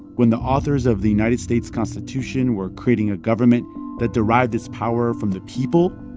when the authors of the united states constitution were creating a government that derives its power from the people,